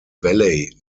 valley